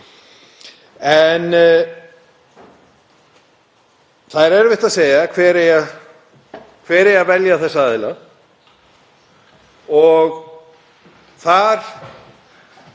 en það er erfitt að segja hver á að velja þessa aðila. Þar